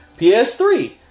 PS3